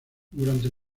durante